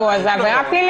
נו, אז זה עבירה פלילית.